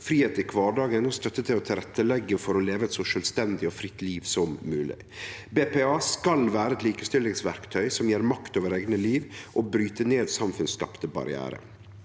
fridom i kvardagen og støtte til å leggje til rette for å leve eit så sjølvstendig og fritt liv som mogleg. BPA skal vere eit likestillingsverktøy som gjev makt over eige liv og bryt ned samfunnsskapte barrierar.